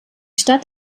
stadt